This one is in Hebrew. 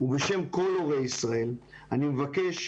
ובשם כל הורי ישראל, אני מבקש